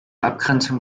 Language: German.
abgrenzung